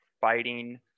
fighting